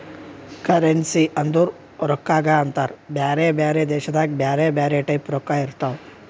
currency ಅಂದುರ್ ರೊಕ್ಕಾಗ ಅಂತಾರ್ ಬ್ಯಾರೆ ಬ್ಯಾರೆ ದೇಶದಾಗ್ ಬ್ಯಾರೆ ಬ್ಯಾರೆ ಟೈಪ್ ರೊಕ್ಕಾ ಇರ್ತಾವ್